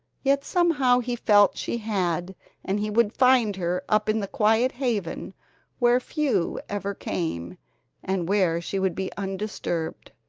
yet somehow he felt she had and he would find her up in the quiet haven where few ever came and where she would be undisturbed.